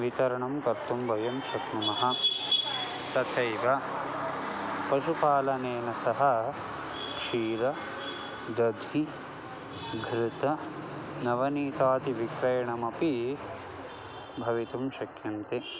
वितरणं कर्तुं वयं शक्नुमः तथैव पशुपालनेन सह क्षीरं दधि घृतं नवनीतादिविक्रयणमपि भवितुं शक्यन्ते